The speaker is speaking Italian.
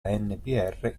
anpr